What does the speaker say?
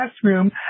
classroom